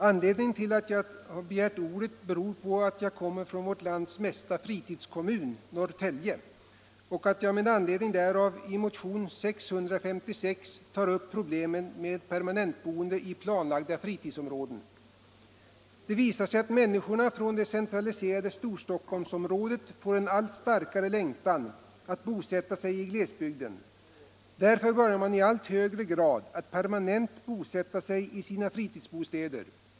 stadgan Herr talman! Att jag begärt ordet beror på att jag kommer från vårt lands ”mesta fritidskommun”, Norrtälje, och att jag med anledning därav i motionen 656 tagit upp problemen med permanentboende i planlagda fritidsområden. Det visar sig att människorna från det centraliserade Storstockholmsområdet får en allt starkare längtan att bosätta sig i glesbygden. Därför börjar man i allt högre grad att permanent bosätta sig i sina fritidsbostäder.